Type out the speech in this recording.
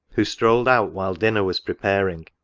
who strolled out while dinner was preparing,